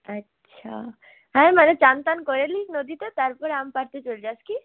আচ্ছা হ্যাঁ মানে স্নান টান করে নিস নদীতে তার পরে আম পাড়তে চলে যাস কী